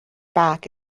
back